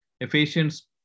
Ephesians